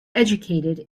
educated